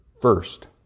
first